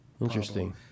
Interesting